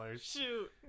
Shoot